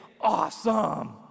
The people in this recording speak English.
awesome